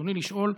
רצוני לשאול: